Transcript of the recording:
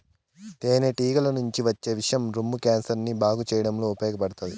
తేనె టీగల నుంచి వచ్చే విషం రొమ్ము క్యాన్సర్ ని బాగు చేయడంలో ఉపయోగపడతాది